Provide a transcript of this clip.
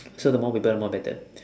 so the more people the more better